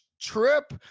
trip